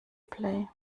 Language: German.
play